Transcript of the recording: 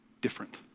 different